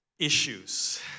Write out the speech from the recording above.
issues